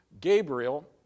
Gabriel